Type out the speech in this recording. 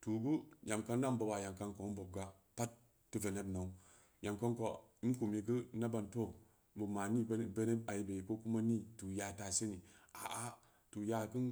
tu geu yam kam dan boba yam kam kou in bobga pat teu veneb nau yam kam kou in kumi geu inda ban too ben mani ben beneb aibe ko kuma nii tu nya'a ta seni a-a tu nya'a kunu